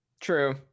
True